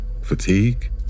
Fatigue